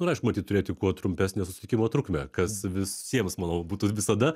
nu ir aišku matyt turėti kuo trumpesnę susitikimo trukmę kas visiems manau būtų ir visada